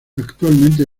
actualmente